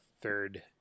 third